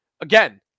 Again